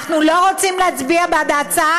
אנחנו לא רוצים להצביע בעד ההצעה,